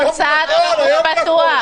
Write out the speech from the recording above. היום הוא יכול.